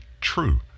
true